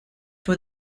for